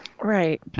right